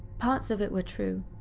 parts of it were true,